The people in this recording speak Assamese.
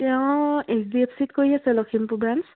তেওঁ এইচ ডি এফ চিত কৰি আছে লখিমপুৰ ব্ৰাঞ্চ